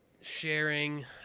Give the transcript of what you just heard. sharing